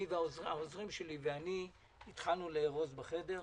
עוזריי ואני התחלנו לארוז בחדר.